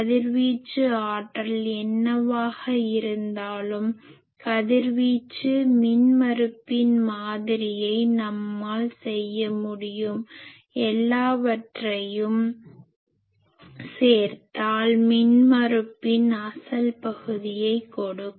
கதிர்வீச்சு ஆற்றல் என்னவாக இருந்தாலும் கதிர்வீச்சு மின்மறுப்பின் மாதிரியை நம்மால் செய்ய முடியும் எல்லாவற்றையும் சேர்த்தால் மின்மறுப்பின் அசல் பகுதியைக் கொடுக்கும்